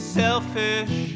selfish